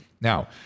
Now